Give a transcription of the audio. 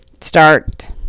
start